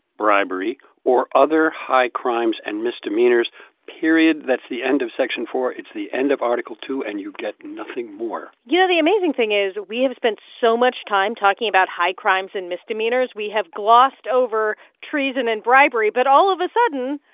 bribery or other high crimes and misdemeanors period. that's the end of section iv. it's the end of article ii, and you get nothing more you know, the amazing thing is we have spent so much time talking about high crimes and misdemeanors, we have glossed over treason and bribery. but all of a sudden,